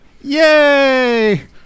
Yay